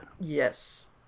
Yes